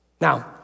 Now